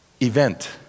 event